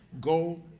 go